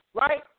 right